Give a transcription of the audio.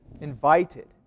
invited